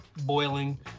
boiling